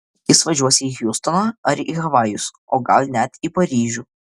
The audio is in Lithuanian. jis važiuos į hjustoną ar į havajus o gal net į paryžių